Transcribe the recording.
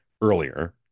earlier